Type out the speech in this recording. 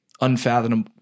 unfathomable